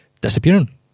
disappearing